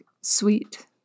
sweet